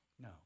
No